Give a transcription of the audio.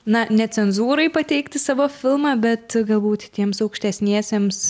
na ne cenzūrai pateikti savo filmą bet galbūt tiems aukštesniesiems